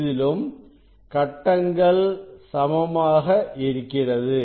இதிலும் கட்டங்கள் சமமாக இருக்கிறது